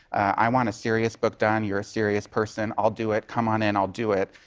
i want a serious book done. you're a serious person. i'll do it. come on in. i'll do it.